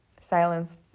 Silence